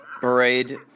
parade